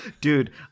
Dude